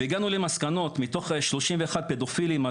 והגענו למסקנות מתוך 31 פדופילים,